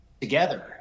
together